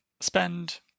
spend